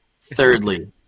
thirdly